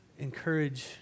encourage